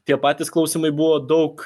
tie patys klausimai buvo daug